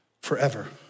forever